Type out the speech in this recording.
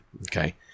Okay